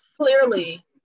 Clearly